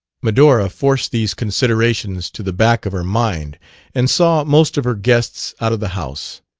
medora forced these considerations to the back of her mind and saw most of her guests out of the house.